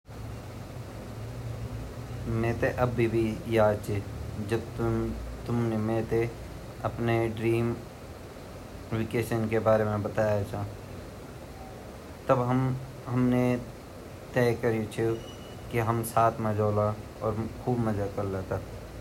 योक प्रेमिन बल अपा प्रेमिका से ब्वोली की तुमते याद ची ना कि हमुन योक बार ड्रीम देखि छो कि वैक्शन मा के-के बारा मा बातोल अर वे प्रेमिका ब्वनी की मेते ता क्वे ड्रेमो याद नि ची अर जब वेगा प्रेमीन यु बात सुनी की वेगि प्रेमिका ते क्वे सपना याद ही नीं सपनो ता उ ता हक्कू बक्कू रे जांदू।